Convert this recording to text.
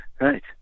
Right